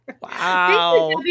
wow